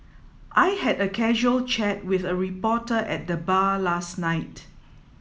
I had a casual chat with a reporter at the bar last night